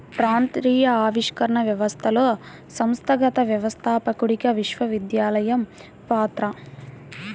ప్రాంతీయ ఆవిష్కరణ వ్యవస్థలో సంస్థాగత వ్యవస్థాపకుడిగా విశ్వవిద్యాలయం పాత్ర